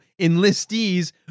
enlistees